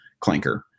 clanker